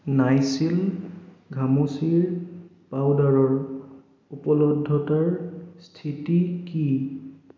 নাইচিল ঘামচিৰ পাউদাৰৰ উপলব্ধতাৰ স্থিতি কি